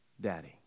daddy